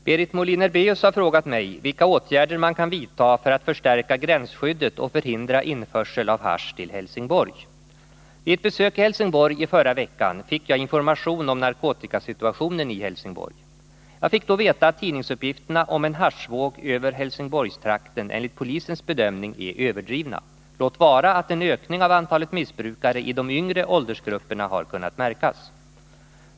Herr talman! Berit Mohlin-Erbeus har frågat mig vilka åtgärder man kan vidta för att förstärka gränsskyddet och förhindra införsel av hasch till Helsingborg. att förhindra införsel av hasch över Helsingborg Vid ett besök i Helsingborg i förra veckan fick jag information om narkotikasituationen där. Jag fick då veta att tidningsuppgifterna om en haschvåg över Helsingborgstrakten enligt polisens bedömning är överdrivna, låt vara att en ökning av antalet missbrukare i de yngre åldersgrupperna har kunnat märkas.